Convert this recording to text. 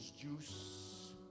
Juice